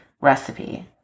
recipe